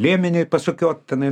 liemenį pasukiot tenai